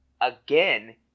again